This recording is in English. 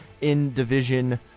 in-division